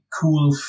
cool